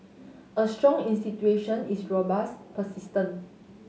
a strong institution is robust persistent